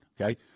okay